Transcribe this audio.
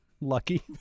Lucky